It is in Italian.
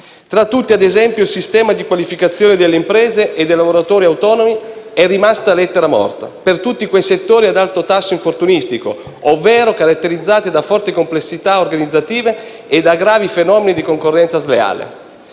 riguardante il sistema di qualificazione delle imprese e dei lavoratori autonomi, che è rimasto lettera morta per tutti quei settori ad alto tasso infortunistico, ovvero caratterizzati da forti complessità organizzative e da gravi fenomeni di concorrenza sleale.